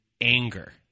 anger